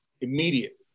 immediately